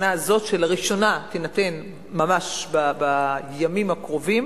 במסגרת אותה תקנה תקציבית מיועדת וייחודית שלא היתה קיימת קודם,